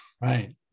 Right